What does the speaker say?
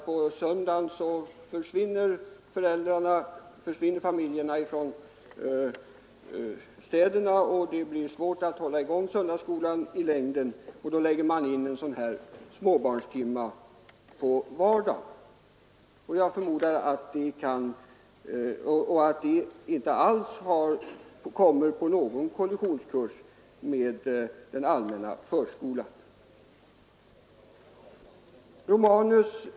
På söndagarna försvinner familjerna från t.ex. städerna och det blir svårt att hålla i gång söndagsskolan, och då lägger man in småbarnstimmar på vardagar i stället. Detta kommer inte på kollisionskurs med den allmänna förskolan.